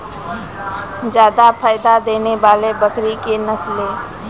जादा फायदा देने वाले बकरी की नसले?